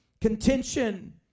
Contention